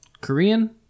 korean